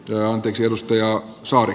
työ on yksi edustaja sanoi